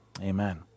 Amen